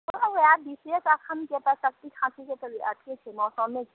तऽ वएह विशेष एखनके तऽ सर्दी खाँसीके तऽ अथी मौसमे छै